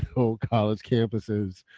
so college campuses.